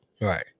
right